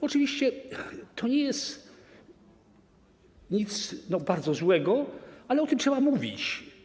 Oczywiście to nie jest nic bardzo złego, ale o tym trzeba mówić.